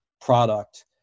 product